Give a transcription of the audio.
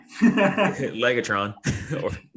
Legatron